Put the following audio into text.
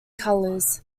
colors